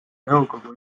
nõukogu